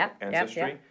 ancestry